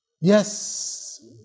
yes